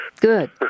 good